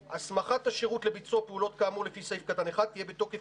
הסמכת השירות לביצוע פעולות כאמור לפי סעיף קטן (1) תהיה בתוקף